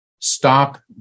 Stop